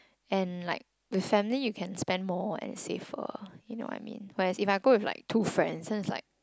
and like with family you can spend more and it's safer you know what I mean whereas if I go with two friends then it's like